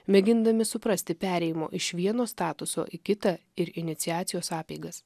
mėgindami suprasti perėjimo iš vieno statuso į kitą ir iniciacijos apeigas